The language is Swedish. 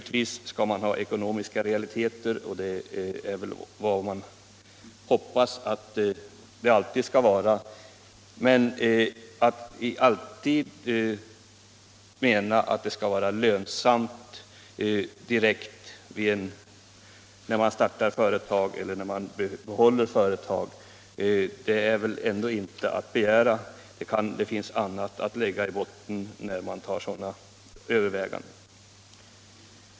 Givetvis skall man ha ekonomiska realiteter i grunden — så hoppas jag att det alltid skall vara — men att det direkt skall bli lönsamt varje gång man startar företag eller behåller företag är väl ändå inte att begära. Det finns annat att lägga i botten när man gör sådana överväganden.